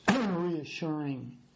reassuring